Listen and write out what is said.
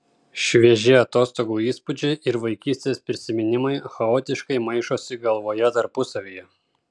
švieži atostogų įspūdžiai ir vaikystės prisiminimai chaotiškai maišosi galvoje tarpusavyje